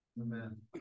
Amen